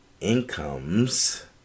incomes